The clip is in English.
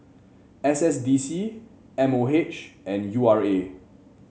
S S D C M O H and U R A